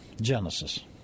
Genesis